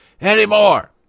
anymore